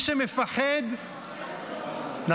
הייתה בכייה לדורות.